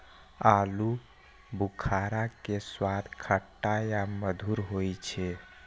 आलू बुखारा के स्वाद खट्टा आ मधुर होइ छै